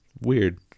weird